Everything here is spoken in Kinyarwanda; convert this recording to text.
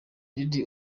diddy